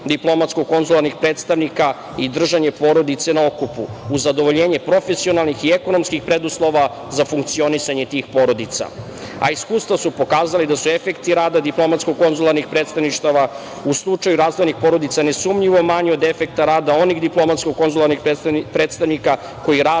normalan porodični život DKP i držanje porodice na okupu, uz zadovoljenje profesionalnih i ekonomskih preduslova za funkcionisanje tih porodica. Iskustva su pokazala da su i efekti rada diplomatsko–konzularnih predstavništava u slučaju razdvojenih porodica nesumnjivo manja od efekta rada onih diplomatsko-konzularnih predstavnika koji rade